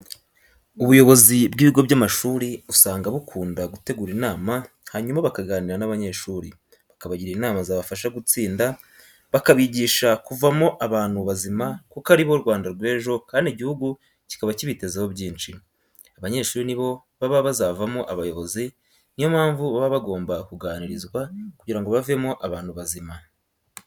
Ubuyobozi bw'ibigo by'amashuri usanga bukunda gutegura inama hanyuma bakaganira n'abanyeshuri, bakabagira inama zabafasha gutsinda, bakabigisha kuvamo abantu bazima kuko ari bo Rwanda rw'ejo kandi igihugu kikaba kibitezeho byinshi. Abanyeshuri ni bo baba bazavamo abayobozi, niyo mpamvu baba bagomba kuganirizwa kugira ngo bavemo abantu bazima.